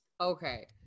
okay